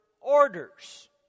orders